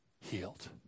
healed